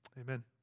Amen